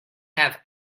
have